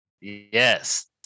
yes